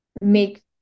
make